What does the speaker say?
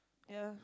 ya